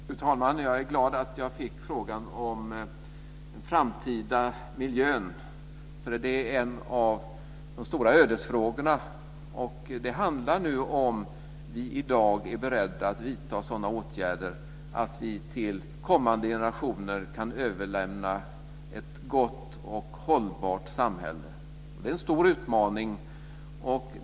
Fru talman! Jag är glad att jag fick frågan om den framtida miljön, för det är en av de stora ödesfrågorna. Det handlar om huruvida vi i dag är beredda att vidta sådana åtgärder att vi till kommande generationer kan överlämna ett gott och hållbart samhälle. Det är en stor utmaning.